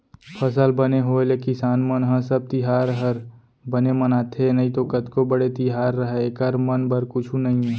फसल बने होय ले किसान मन ह सब तिहार हर बने मनाथे नइतो कतको बड़े तिहार रहय एकर मन बर कुछु नइये